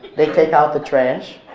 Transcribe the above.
they take out the trash.